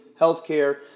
healthcare